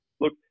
look